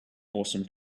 awesome